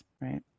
Right